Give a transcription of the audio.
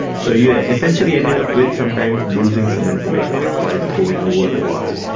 so you yeah essentially ended up with sometimes losing some information while throwing over the wall,